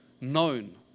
known